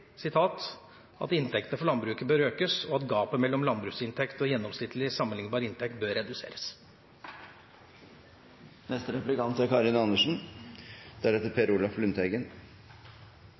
at «inntektene for landbruket bør økes og at gapet mellom landbruksinntekt og gjennomsnittlig sammenlignbar inntekt bør reduseres». Alle er